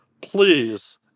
Please